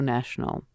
National